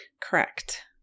correct